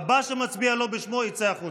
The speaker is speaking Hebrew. הבא שמצביע לא בשמו יצא החוצה.